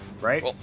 Right